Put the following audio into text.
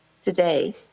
Today